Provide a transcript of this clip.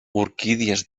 orquídies